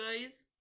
guys